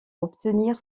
obtenir